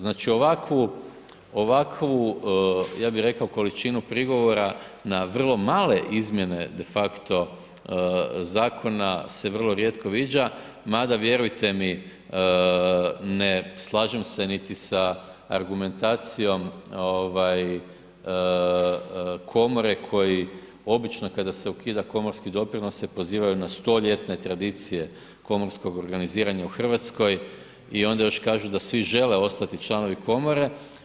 Znači ovakvu ja bih rekao količinu prigovora na vrlo male izmjene de facto zakona se vrlo rijetko viđa mada vjerujte mi ne slažem se ni sa argumentacijom komore koji obično kada se ukida komorski doprinos se pozivaju na stoljetne tradicije komorskog organiziranja u Hrvatskoj i onda još kažu da svi žele ostati članovi komore.